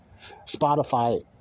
Spotify